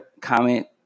comment